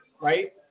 right